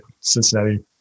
Cincinnati